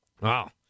Wow